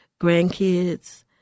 grandkids